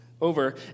over